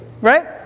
right